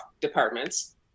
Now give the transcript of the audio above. departments